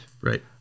right